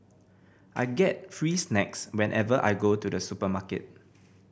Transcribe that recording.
I get free snacks whenever I go to the supermarket